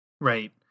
Right